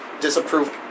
disapproved